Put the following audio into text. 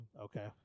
Okay